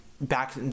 back